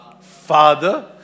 father